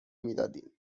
میدادیم